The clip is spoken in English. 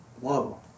whoa